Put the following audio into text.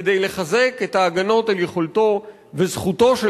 כדי לחזק את ההגנות על יכולתו וזכותו של